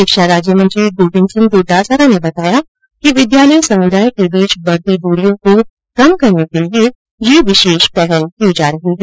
शिक्षा राज्य मंत्री गोविन्द सिंह डोटासरा ने बताया कि विद्यालय समुदाय के बीच बढ़ती दूरियों को कम करने के लिए यह विशेष पहल की जा रही है